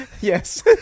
Yes